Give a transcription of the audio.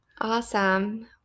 awesome